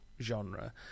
genre